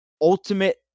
ultimate